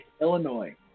Illinois